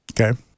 Okay